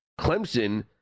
Clemson